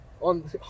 on